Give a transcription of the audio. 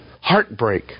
heartbreak